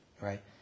right